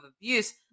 abuse